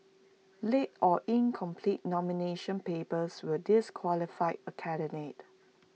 late or incomplete nomination papers will disqualify A candidate